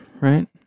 right